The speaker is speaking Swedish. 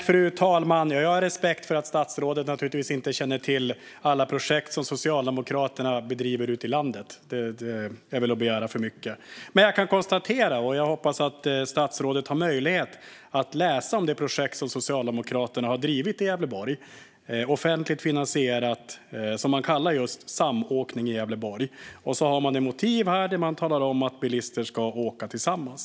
Fru talman! Jag har respekt för att statsrådet naturligtvis inte känner till alla projekt som Socialdemokraterna driver ute i landet - det är väl att begära för mycket. Men jag hoppas att statsrådet har möjlighet att läsa om det projekt som Socialdemokraterna har drivit i Gävleborg, som är offentligt finansierat och som man kallar just Samåkning i Gävleborg. Man har ett motiv - man talar om att personer som åker bil ska åka tillsammans.